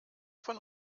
von